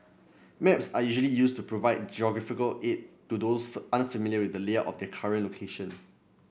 maps are usually used to provide geographical aid to those unfamiliar with the layout of their current location